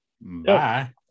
Bye